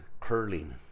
curling